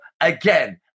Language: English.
again